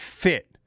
fit